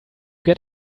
get